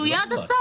שהוא יהיה עד הסוף.